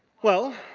well,